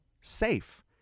safe